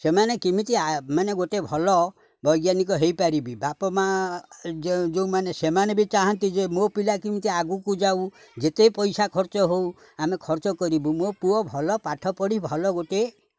ସେମାନେ କେମିତି ମାନେ ଗୋଟେ ଭଲ ବୈଜ୍ଞାନିକ ହେଇପାରିବି ବାପା ମାଆ ଯେଉଁମାନେ ସେମାନେ ବି ଚାହାଁନ୍ତି ଯେ ମୋ ପିଲା କେମିତି ଆଗକୁ ଯାଉ ଯେତେ ପଇସା ଖର୍ଚ୍ଚ ହଉ ଆମେ ଖର୍ଚ୍ଚ କରିବୁ ମୋ ପୁଅ ଭଲ ପାଠ ପଢ଼ି ଭଲ ଗୋଟେ